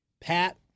Pat